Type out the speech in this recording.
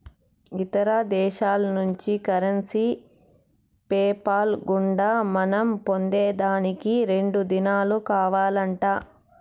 ఇతర దేశాల్నుంచి currency PayPal గుండా మనం పొందేదానికి రెండు దినాలు కావాలంట